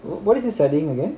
what is he studying again